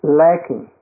lacking